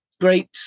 great